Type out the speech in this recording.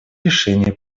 решение